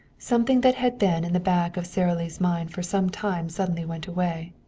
something that had been in the back of sara lee's mind for some time suddenly went away.